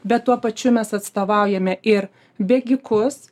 bet tuo pačiu mes atstovaujame ir bėgikus